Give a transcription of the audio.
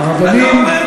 אתה אומר,